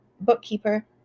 bookkeeper